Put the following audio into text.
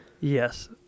Yes